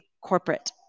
corporate